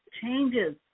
changes